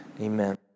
Amen